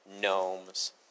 gnomes